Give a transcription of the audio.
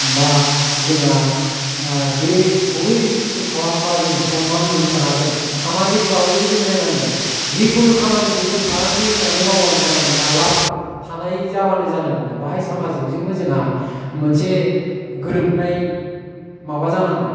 बा जोंहा बे बबे बिजनेसखौ खालामबा जों सन्मान मोननो हागोन सामाजिक भाबैबो जों नायनांगोन जिखुनु खामानिखौ जों फालांगि होन्नानै मावबानो जानाय नङा लाब थानाय जाबानो जानाय नङा बाहाय सामाजिकजोंबो जोंहा मोनसे गोरोबनाय माबा जानांगोन